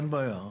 אין בעיה,